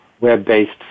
web-based